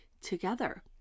together